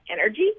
energy